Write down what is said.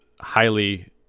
highly